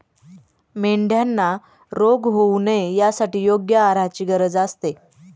मेंढ्यांना रोग होऊ नये यासाठी योग्य आहाराची गरज असते